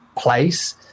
place